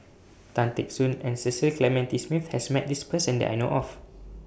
Tan Teck Soon and Cecil Clementi Smith has Met This Person that I know of